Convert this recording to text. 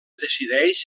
decideix